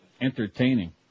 entertaining